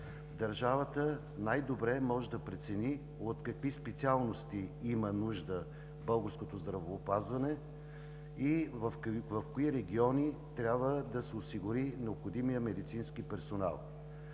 Държавата най-добре може да прецени от какви специалности има нужда българското здравеопазване и в кои региони трябва да се осигури необходимият медицински персонал.